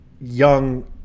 young